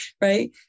Right